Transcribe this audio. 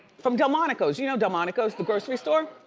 from delmonico's. you know delmonico's, the grocery store.